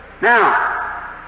Now